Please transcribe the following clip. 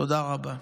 תודה רבה.